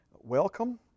welcome